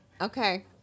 Okay